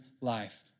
life